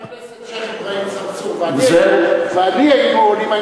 אם חבר הכנסת השיח' אברהים צרצור ואני היינו עולים,